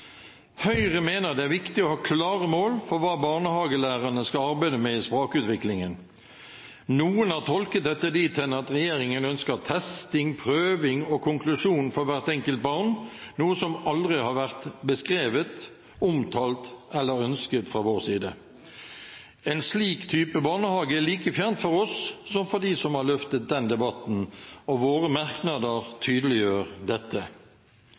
Høyre mener det er viktig å ha klare mål for hva barnehagelærerne skal arbeide med i språkutviklingen. Noen har tolket dette dit hen at regjeringen ønsker testing, prøving og konklusjon for hvert enkelt barn, noe som aldri har vært beskrevet, omtalt eller ønsket fra vår side. En slik type barnehage er like fjernt for oss som for dem som har løftet den debatten, og våre merknader tydeliggjør dette.